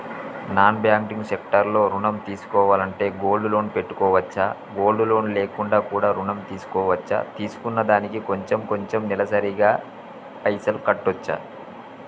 Non banking sector లో ఋణం తీసుకోవాలంటే గోల్డ్ లోన్ పెట్టుకోవచ్చా? గోల్డ్ లోన్ లేకుండా కూడా ఋణం తీసుకోవచ్చా? తీసుకున్న దానికి కొంచెం కొంచెం నెలసరి గా పైసలు కట్టొచ్చా?